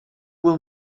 will